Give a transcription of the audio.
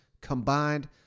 combined